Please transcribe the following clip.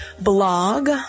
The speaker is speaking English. blog